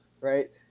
right